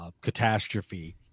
catastrophe